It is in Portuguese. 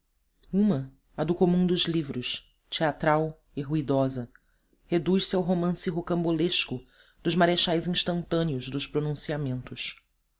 uma a do comum dos livros teatral e ruidosa reduz se ao romance rocambolesco dos marechais instantâneos dos pronunciamentos